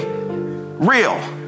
real